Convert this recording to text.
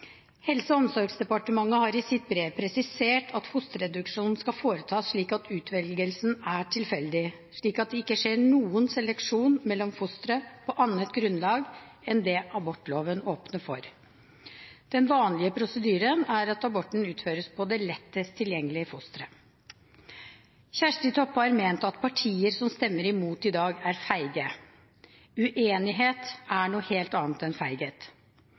Helse- og omsorgsdepartementet har i sitt brev presisert at fosterreduksjon skal foretas slik at utvelgelsen er tilfeldig, slik at det ikke skjer noen seleksjon mellom fostre på annet grunnlag enn det abortloven åpner for. Den vanlige prosedyren er at aborten utføres på det lettest tilgjengelige fosteret. Kjersti Toppe har ment at de partier som stemmer imot i dag, er feige. Uenighet er noe helt annet enn feighet.